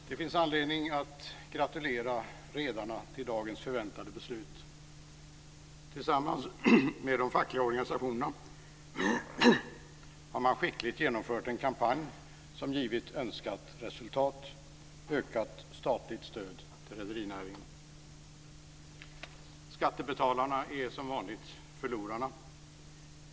Fru talman! Det finns anledning att gratulera redarna till dagens förväntade beslut. Tillsammans med de fackliga organisationerna har man skickligt genomfört en kampanj som givit önskat resultat: ökat statligt stöd till rederinäringen. Skattebetalarna är som vanligt förlorarna.